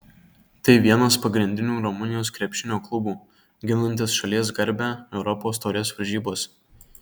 tai vienas pagrindinių rumunijos krepšinio klubų ginantis šalies garbę europos taurės varžybose